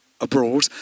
abroad